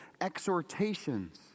exhortations